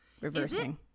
reversing